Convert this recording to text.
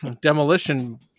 demolition